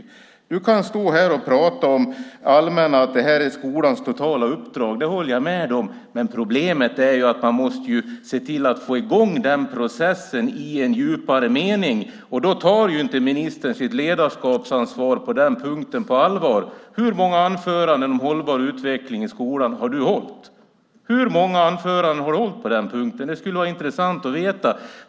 Statsrådet kan stå här och prata om att det här är skolans totala uppdrag - jag håller med dig om det - men problemet är att man måste se till att få i gång processen i en djupare mening. Då tar inte ministern sitt ledarskapsansvar på den punkten på allvar. Hur många anföranden om hållbar utveckling i skolan har du hållit? Det skulle vara intressant att få veta.